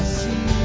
see